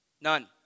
None